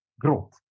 growth